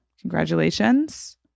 Congratulations